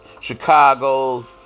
Chicago's